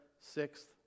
sixth